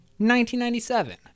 1997